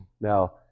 Now